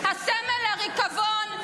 הסמל לריקבון,